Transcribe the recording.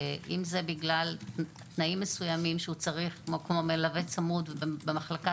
אם זה בגלל תנאים מסוימים שהוא צריך מלווה צמוד במחלקה